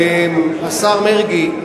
השר מרגי,